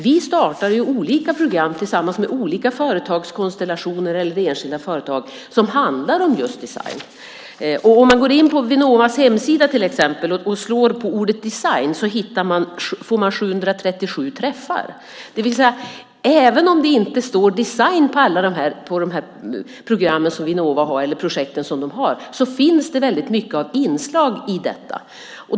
Vi startar olika program tillsammans med olika företagskonstellationer eller med enskilda företag som handlar om just design. Om man går in på Vinnovas hemsida till exempel och söker på ordet design får man 737 träffar. Det vill säga att även om det inte står design på alla de projekt som Vinnova driver finns det väldigt många sådana inslag i detta.